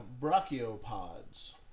brachiopods